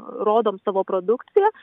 rodom savo produkciją